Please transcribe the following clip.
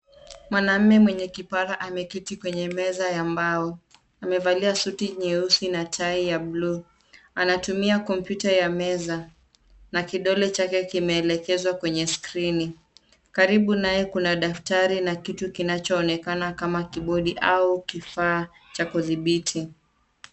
Mwanaume mwenye kipara ameketi kwenye meza ya mbao. Amevalia suti nyeusi na tai ya bluu. Anatumia komputa ya meza na kidole chake kimeelekezwa kwenye skrini. Karibu naye kuna daftari na kitu kinachoonekana kama kibodi au kifaa cha kudhibiti.